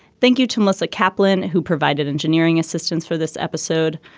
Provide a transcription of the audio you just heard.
thank you to melissa kaplan, who provided engineering assistance for this episode.